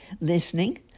listening